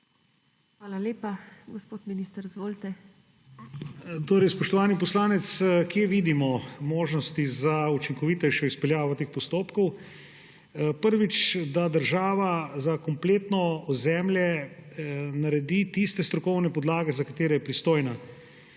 Hvala lepa. Gospod minister, izvolite. MAG. ANDREJ VIZJAK: Spoštovani poslanec! Kje vidimo možnosti za učinkovitejšo izpeljavo teh postopkov? Prvič, da država za kompletno ozemlje naredi tiste strokovne podlage, za katere je pristojna.